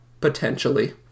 potentially